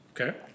Okay